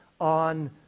on